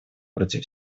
против